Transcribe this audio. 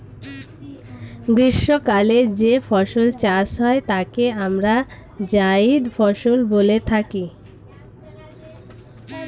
গ্রীষ্মকালে যে ফসল চাষ হয় তাকে আমরা জায়িদ ফসল বলে থাকি